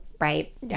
right